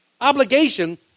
obligation